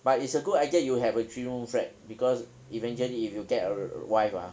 but it's a good idea you have a three room flat because eventually if you get a wife lah